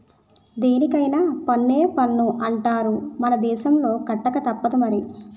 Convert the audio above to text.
దేనికైన పన్నే పన్ను అంటార్రా మన దేశంలో కట్టకతప్పదు మరి